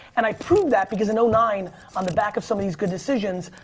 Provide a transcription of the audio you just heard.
and i prove that because in nine on the back of some of these good decisions